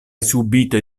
subite